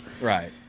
Right